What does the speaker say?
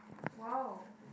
!wow!